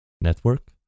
network